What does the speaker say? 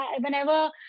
whenever